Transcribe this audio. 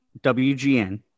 WGN